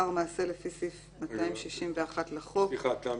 מסעיף 43 עד 135. זה הדין